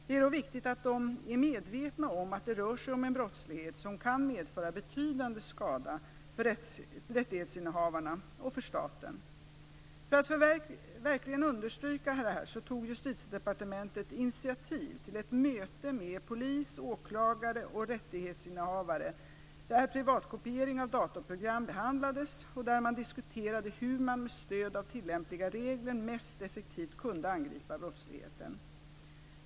Det är då viktigt att de är medvetna om att det rör sig om en brottslighet som kan medföra betydande skada för rättighetshavarna och för staten. För att verkligen understryka detta tog Justitiedepartementet initiativ till ett möte med polis, åklagare och rättighetshavare där piratkopiering av datorprogram behandlades och där man diskuterade hur man med stöd av tillämpliga regler mest effektivt kunde angripa brottsligheten.